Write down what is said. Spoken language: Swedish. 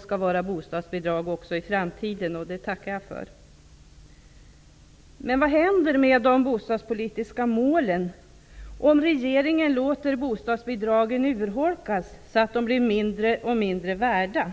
skall vara bostadsbidrag också i framtiden. Det tackar jag för. Men vad händer med de bostadspolitiska målen om regeringen låter bostadsbidragen urholkas så att de blir mindre och mindre värda?